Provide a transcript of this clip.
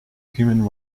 human